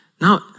Now